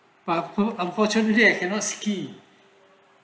but i but unfortunately I cannot ski